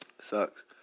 Sucks